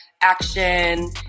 action